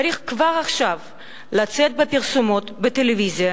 צריך כבר עכשיו לצאת בפרסומות בטלוויזיה